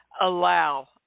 Allow